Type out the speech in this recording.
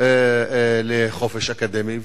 לחופש אקדמי.